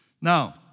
Now